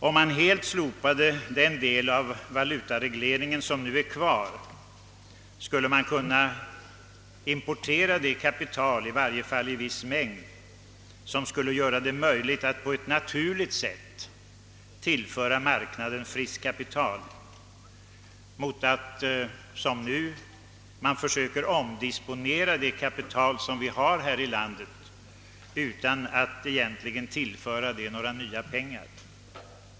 Om man helt slopade den del av valutaregleringen som nu är kvar, skulle man kunna importera det kapital — i varje fall en viss mängd — som skulle göra det möjligt att på ett naturligt sätt tillföra marknaden fritt kapital i stället för att som nu försöka omdisponera det kapital som vi har här i landet utan att egentligen tillföra några nya pengar.